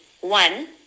one